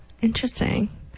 Interesting